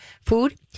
food